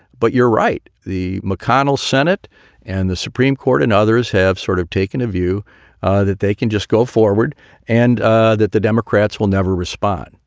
but you're right, the mcconnell senate and the supreme court and others have sort of taken a view that they can just go forward and ah that the democrats will never respond.